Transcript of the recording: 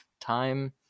time